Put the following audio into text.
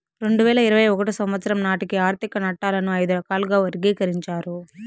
రెండు వేల ఇరవై ఒకటో సంవచ్చరం నాటికి ఆర్థిక నట్టాలను ఐదు రకాలుగా వర్గీకరించారు